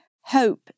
hope